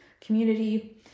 community